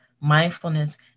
mindfulness